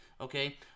okay